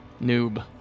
Noob